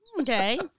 Okay